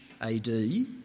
AD